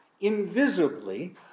invisibly